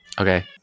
Okay